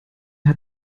hat